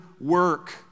work